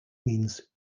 means